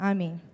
Amen